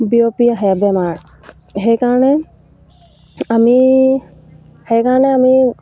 বিয়পি আহে বেমাৰ সেইকাৰণে আমি সেইকাৰণে আমি